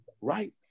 right